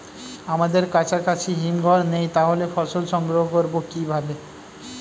আমাদের কাছাকাছি হিমঘর নেই তাহলে ফসল সংগ্রহ করবো কিভাবে?